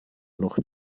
noch